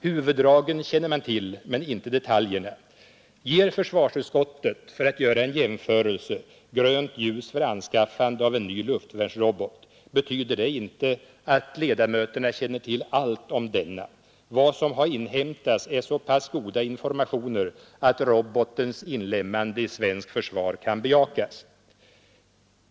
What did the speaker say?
Huvuddragen känner man till men inte detaljerna. Ger försvarsutskottet, för att göra en jämförelse, grönt ljus för anskaffande av en ny luftvärnsrobot, betyder det inte att ledamöterna känner till allt om denna. Vad som har inhämtats är så pass goda informationer att robotens inlemmande i svenskt försvar kan bejakas.